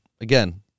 Again